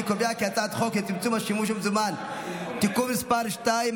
אני קובע כי הצעת חוק לצמצום השימוש במזומן (תיקון מס' 2)